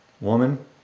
Woman